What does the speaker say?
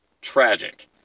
tragic